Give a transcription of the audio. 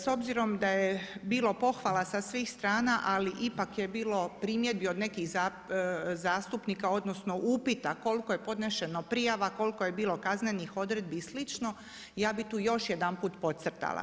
S obzirom da je bilo pohvala sa svih strana, ali ipak je bilo primjedbi od nekih zastupnika, odnosno, upita, koliko je podnošeno prijava, koliko je bilo kaznenih prijava i slično, ja bi tu još jedanput podcrtala.